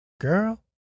Girl